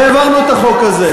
והעברנו את החוק הזה.